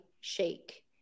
shake